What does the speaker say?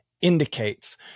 indicates